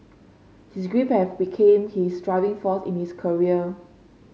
his grief have became his driving force in his career